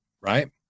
right